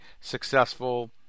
successful